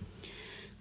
Markanda